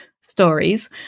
stories